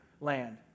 land